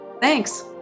Thanks